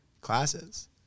classes